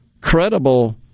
credible